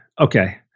Okay